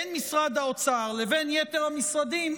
בין משרד האוצר לבין יתר המשרדים,